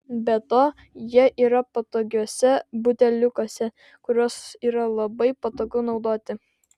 be to jie yra patogiuose buteliukuose kuriuos yra labai patogu naudoti